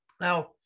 Now